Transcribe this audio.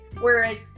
Whereas